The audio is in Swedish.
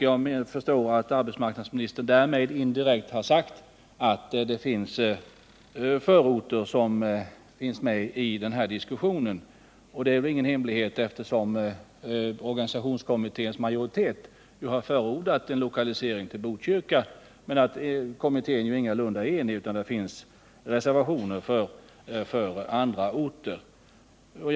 Jag förstår att arbetsmarknadsministern därmed indirekt har sagt att det finns förorter med i diskussionen, och det är väl ingen hemlighet eftersom organisationskommitténs majoritet har förordat en lokalisering till Botkyrka. Men kommittén är ingalunda enig utan det finns reservationer för andra orter, bl.a. Karlskrona.